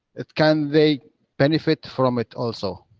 it can they benefit from it also?